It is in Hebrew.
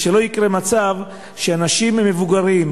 ושלא יקרה מצב שאנשים מבוגרים,